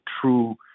true